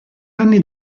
anni